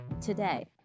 today